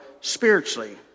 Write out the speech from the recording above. spiritually